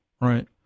Right